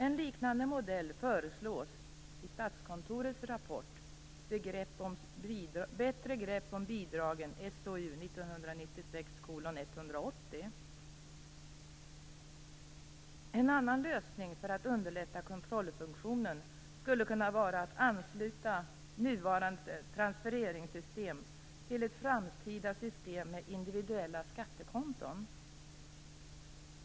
En liknande modell föreslås i Statskontorets rapport Bättre grepp om bidragen, SOU En annan lösning för att underlätta kontrollfunktionen skulle kunna vara att ansluta nuvarande transfereringssystem till ett framtida system med individuella skattekonton.